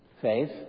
Faith